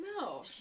no